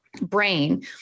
brain